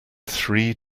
three